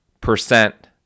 percent